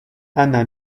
ana